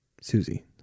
Susie